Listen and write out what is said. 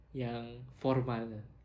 yang formal